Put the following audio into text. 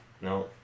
No